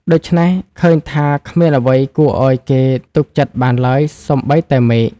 ដូច្នេះ ឃើញថាគ្មានអ្វីគួរឲ្យគេទុកចិត្តបានឡើយសូម្បីតែមេឃ ។